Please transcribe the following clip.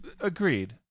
Agreed